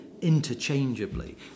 interchangeably